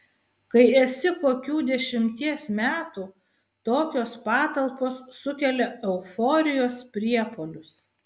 kai esi kokių dešimties metų tokios patalpos sukelia euforijos priepuolius